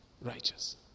righteous